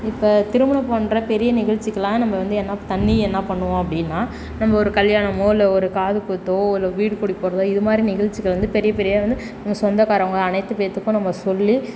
இப்போ திருமணம் போன்ற பெரிய நிகழ்ச்சிக்கெலாம் நம்ம வந்து என்ன தண்ணி என்ன பண்ணுவோம் அப்படினா நம்ம ஒரு கல்யாணமோ இல்லை ஒரு காதுகுத்தோ இல்லை வீடு குடிபோகிறதோ இது மாதிரி நிகழ்ச்சிக்கு வந்து பெரிய பெரிய வந்து உங்கள் சொந்தக்காரங்க அனைத்து பேர்த்துக்கும் நாம் சொல்லி